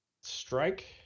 strike